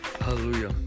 Hallelujah